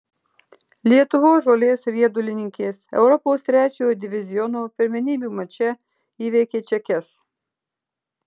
lietuvos žolės riedulininkės europos trečiojo diviziono pirmenybių mače įveikė čekes